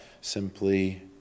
simply